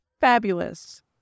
Fabulous